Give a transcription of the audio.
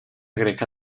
greca